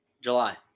July